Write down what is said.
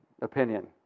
opinion